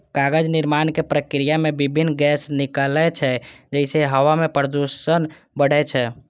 कागज निर्माणक प्रक्रिया मे विभिन्न गैस निकलै छै, जइसे हवा मे प्रदूषण बढ़ै छै